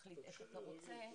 תחליט איך אתה רוצה,